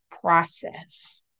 process